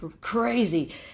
crazy